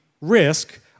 risk